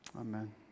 Amen